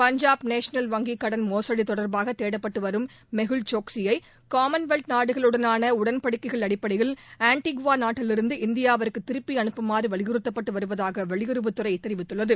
Punjab national வங்கி கடன் மோசடி தொடர்பாக தேடப்பட்டு வரும் மெஹூல் சோக்சியை காமன்வெல்த் நாடுகளுடனான உடன்படிக்கைகள் அடிப்படையில் ஆன்டிகுவா நாட்டிலிருந்து இந்தியாவிற்கு திருப்பி அனுப்புமாறு வலியுறுத்தப்பட்டு வருவதாக வெளியுறவுத் துறை தெரிவித்துள்ளது